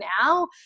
now